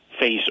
face